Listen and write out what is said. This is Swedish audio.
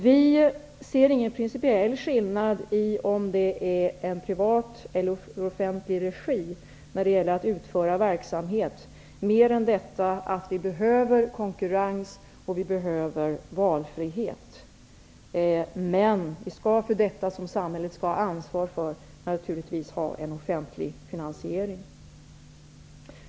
Vi ser ingen principiell skillnad i om verksamhet bedrivs i privat eller offentlig regi, men vi är av den åsikten att vi behöver konkurrens och valfrihet, och för det som samhället skall ha ansvar skall vi naturligtvis ha en offentlig finansiering.